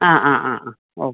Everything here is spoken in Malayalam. ആ ആ ആ ആ ഓ